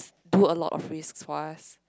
do a lot of risks for us